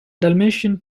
dalmatian